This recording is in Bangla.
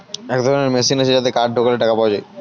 এক ধরনের মেশিন আছে যাতে কার্ড ঢোকালে টাকা পাওয়া যায়